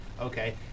okay